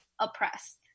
oppressed